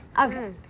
Okay